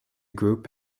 group